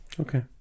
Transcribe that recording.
Okay